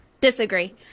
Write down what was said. Disagree